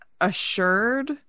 assured